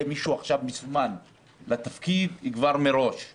עכשיו מישהו מסומן לתפקיד כבר מראש;